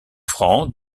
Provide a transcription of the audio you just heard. franc